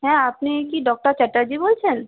হ্যাঁ আপনি কি ডক্টর চ্যাটার্জি বলছেন